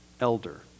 elder